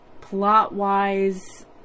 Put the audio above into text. plot-wise